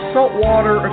Saltwater